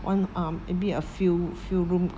one um maybe a few few room